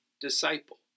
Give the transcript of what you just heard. disciple